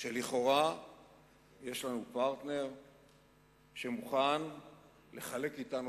שלכאורה יש לנו פרטנר שמוכן לחלוק אתנו